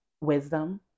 wisdom